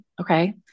Okay